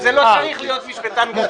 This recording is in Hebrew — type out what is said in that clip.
לא צריך להיות משפטן גדול בשביל